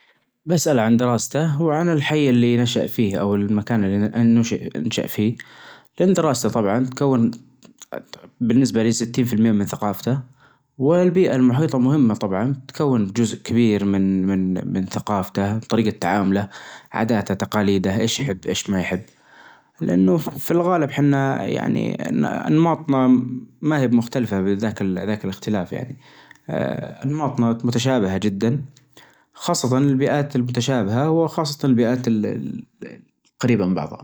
بسأله عن دراسته وعن الحي اللي نشأ فيه أو المكان اللي نشأ نشأ فيه للدراسة طبعا كون بالنسبة لي ستين في المئة من ثقافته والبيئة المحيطة مهمة طبعا تكون جزء كبير من-من-من ثقافته وطريقة تعامله عاداته تقاليده أيش يحب أيش ما يحب لأنه في الغالب حنا يعني أنماطنا ما هي بمختلفة بذاك-ذاك الاختلاف يعني آآ أنماطنا متشابهة جدا خاصة البيئات المتشابهة وخاصة البيئات القريبة من بعضها.